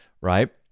Right